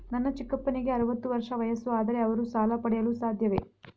ನನ್ನ ಚಿಕ್ಕಪ್ಪನಿಗೆ ಅರವತ್ತು ವರ್ಷ ವಯಸ್ಸು, ಆದರೆ ಅವರು ಸಾಲ ಪಡೆಯಲು ಸಾಧ್ಯವೇ?